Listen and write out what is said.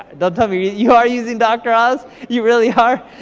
don't tell me, you you are using dr. oz. you really are?